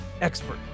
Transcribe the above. expert